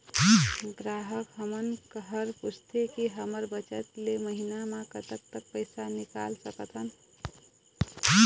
ग्राहक हमन हर पूछथें की हमर बचत ले महीना मा कतेक तक पैसा निकाल सकथन?